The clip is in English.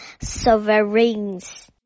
sovereigns